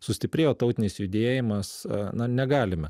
sustiprėjo tautinis judėjimas na negalime